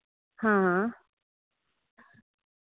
हां हां